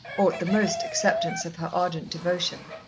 or at the most acceptance of her ardent devotion,